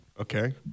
Okay